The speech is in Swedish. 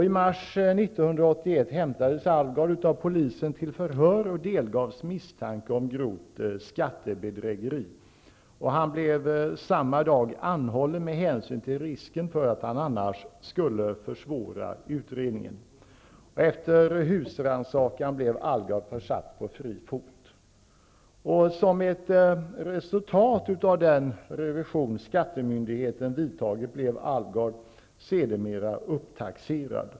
I mars 1981 hämtades Alvgard av polisen till förhör och delgavs misstanke om grovt skattebedrägeri. Han blev samma dag anhållen med hänsyn till risken för att han annars skulle försvåra utredningen. Efter husrannsakan blev Alvgard försatt på fri fot. Som ett resultat av den revision skattemyndigheten vidtagit blev Alvgard sedermera upptaxerad.